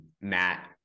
Matt